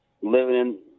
living